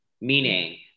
meaning